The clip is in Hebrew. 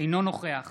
אינו נוכח